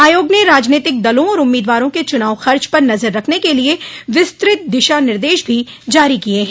आयोग ने राज़नीतिक दलों और उम्मीदवारों के चुनाव खर्च पर नजर रखने के लिए विस्तृत दिशा निदश भी जारी किये हैं